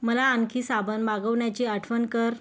मला आणखी साबण मागवण्याची आठवण कर